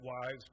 wives